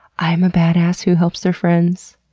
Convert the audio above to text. i'm a badass who helps their friends.